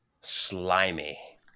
slimy